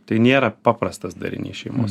tai nėra paprastas darinys šeimos